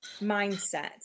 mindset